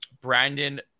Brandon